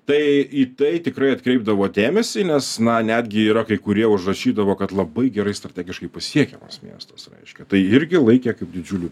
tai į tai tikrai atkreipdavo dėmesį nes na netgi yra kai kurie užrašydavo kad labai gerai strategiškai pasiekiamas miestas reiškia tai irgi laikė kaip didžiuliu